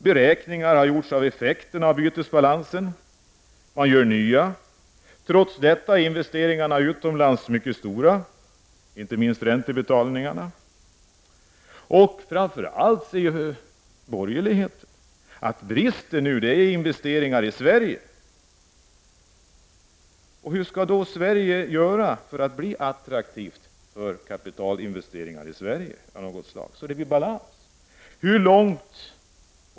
Det har gjorts upprepade beräkningar av bytesbalansens effekter. Investeringarna utomlands är mycket stora, inte minst räntebetalningarna på dem. Borgerligheten menar att vad som nu saknas är investeringar i Sverige. Hur skall Sverige göra för att bli attraktivt för kapitalinvesteringar, så att vi får en balans?